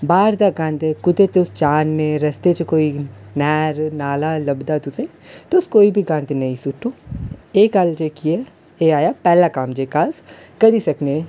बाह्रै दा गंद कुतै तुस जा दे रस्ते च कोई नैह्र नाला लभदा तुसें तुस कोई बी गंद नेईं सूट्टो एह् गल्ल जेह्की ऐ एह् आया पैह्ला कम्म जेह्का करी सकने